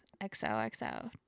XOXO